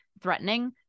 threatening